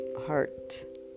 heart